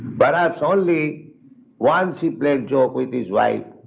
but perhaps only once he played joke with his wife,